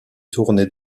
tournées